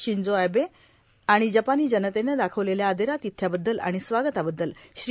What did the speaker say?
Shinzo Abe आणि जपानी जनतेने दाखवलेल्या आदरातिथ्याबद्दल आणि स्वागताबद्दल श्री